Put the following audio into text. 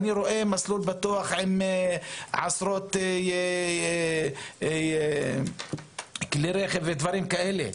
אני רואה "מסלול בטוח" עם עשרות כלי רכב ודברים כאלה,